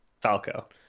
falco